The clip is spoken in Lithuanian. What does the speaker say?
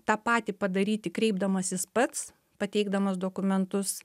tą patį padaryti kreipdamasis pats pateikdamas dokumentus